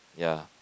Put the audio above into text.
ya